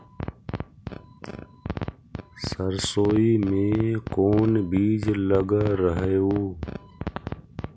सरसोई मे कोन बीज लग रहेउ?